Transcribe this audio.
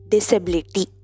Disability